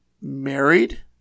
married